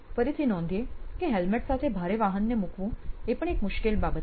ફરીથી નોંધીએ કે હેલ્મેટ સાથે ભારે વાહન મૂકવું એ પણ મુશ્કેલ બાબત છે